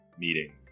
meeting